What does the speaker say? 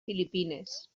filipines